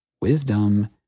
Wisdom